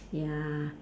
ya